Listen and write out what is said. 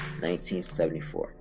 1974